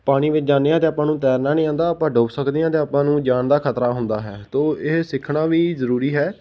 ਪਾਣੀ ਵਿੱਚ ਜਾਂਦੇ ਹਾਂ ਅਤੇ ਆਪਾਂ ਨੂੰ ਤੈਰਨਾ ਨਹੀਂ ਆਉਂਦਾ ਆਪਾਂ ਡੁੱਬ ਸਕਦੇ ਹਾਂ ਅਤੇ ਆਪਾਂ ਨੂੰ ਜਾਨ ਦਾ ਖਤਰਾ ਹੁੰਦਾ ਹੈ ਤੋ ਇਹ ਸਿੱਖਣਾ ਵੀ ਜ਼ਰੂਰੀ ਹੈ